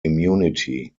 immunity